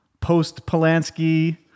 post-Polanski